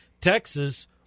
Texas –